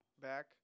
back